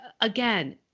again